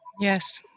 Yes